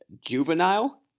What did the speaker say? juvenile